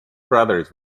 brothers